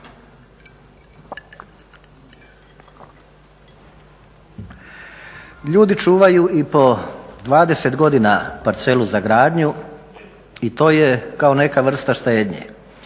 Ljudi čuvaju i po 20 godina parcelu za gradnju i to je kao neka vrsta štednje.